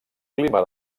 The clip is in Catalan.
clima